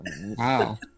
Wow